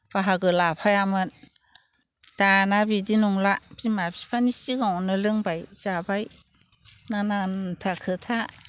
बाहागो लाफायामोन दाना बिदि नंला बिमा बिफानि सिगाङावनो लोंबाय जाबाय नानानथा खोथा